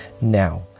Now